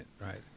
right